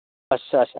अच्छा अच्छा